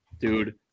dude